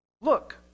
Look